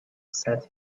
said